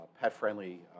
pet-friendly